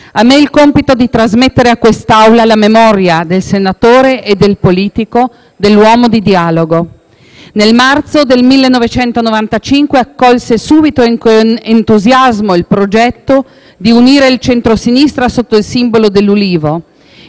A me il compito di trasmettere a quest' Aula la memoria del senatore e del politico, dell'uomo di dialogo. Nel marzo del 1995 accolse subito e con entusiasmo il progetto di unire il centrosinistra sotto il simbolo dell'Ulivo.